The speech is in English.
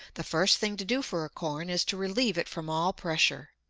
the first thing to do for a corn is to relieve it from all pressure.